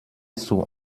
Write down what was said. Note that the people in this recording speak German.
zur